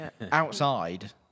Outside